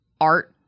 art